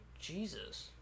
Jesus